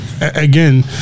again